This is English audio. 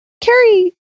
Carrie